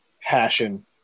passion